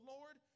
Lord